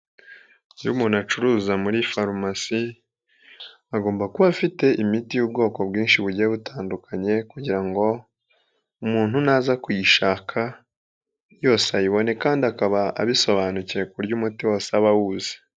Iyo umuntu acuruza muri farumasi, agomba kuba afite imiti y'ubwoko bwinshi bugiye butandukanye kugira ngo umuntu naza kuyishaka yose ayibone kandi akaba abisobanukiwe ku buryo umuti wase aba awuzi.